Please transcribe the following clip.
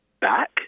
back